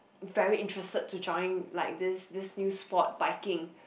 very interested to join like this this new sport biking